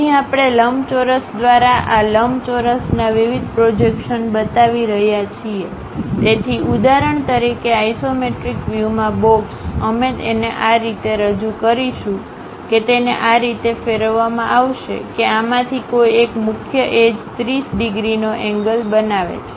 અહીં આપણે લંબચોરસ દ્વારા આ લંબચોરસના વિવિધ પ્રોજેક્શન બતાવી રહ્યાં છીએ Refer Time 2551 તેથી ઉદાહરણ તરીકે આઇસોમેટ્રિક વ્યૂમાં બોક્સ અમે તેને આ રીતે રજૂ કરીશું કે તેને આ રીતે ફેરવવામાં આવશે કે આમાંથી કોઈ એક મુખ્ય એજ30 ડિગ્રીનો એંગલ બનાવે છે